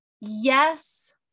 yes